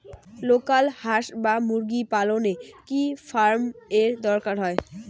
Local হাস বা মুরগি পালনে কি ফার্ম এর দরকার হয়?